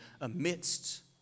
amidst